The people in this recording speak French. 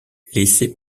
laissé